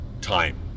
time